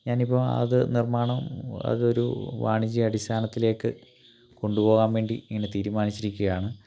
ഞാൻ ഇപ്പം അത് നിർമ്മാണം അതൊരു വാണിജ്യ അടിസ്ഥാനത്തിലേക്ക് കൊണ്ട് പോകാൻ വേണ്ടി ഇങ്ങനെ തീരുമാനിച്ചിരിക്കുകയാണ്